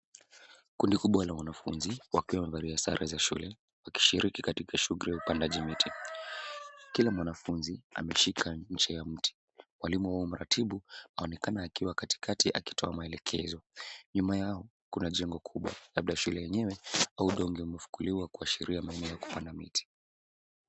Kundi kubwa la wanafunzi wakiwa wamevalia sare za shule wakishiriki katika shughuli ya kupanda miti. Kila mwanafunzi ameshika ncha ya mti. Mwalimu au mratibu aonekana akiwa katikati akitoa maelekezo. Nyuma yao kuna jengo kubwa labda shule yenyewe na udongo umefukuliwa kuashiria maeneo ya kupanda miti.